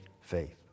faith